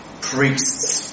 Priests